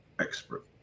expert